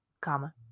Comma